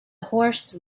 horse